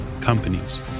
companies